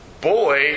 boy